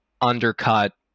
undercut